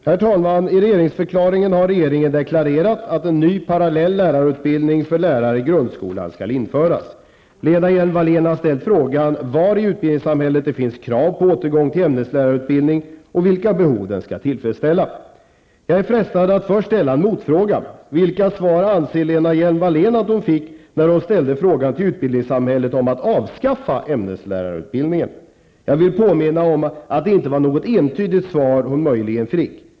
Herr talman! I regeringsförklaringen har regeringen deklarerat att en ny parallell lärarutbildning för lärare i grundskolan skall införas. Lena Hjelm-Wallén har ställt frågan var i utbildningssamhället det finns krav på återgång till ämneslärarutbildning och vilka behov den skall tillfredsställa. Jag är frestad att först ställa en motfråga. Vilket svar anser Lena Hjelm-Wallén att hon fick när hon ställde frågan till utbildningssamhället om att avskaffa ämneslärarutbildningen? Jag vill påminna om att det inte var något entydigt svar hon möjligen fick.